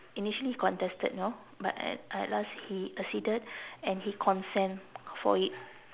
initially he contested you know but at at last he acceded and he consent for it